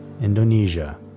Indonesia